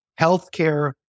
healthcare